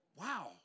wow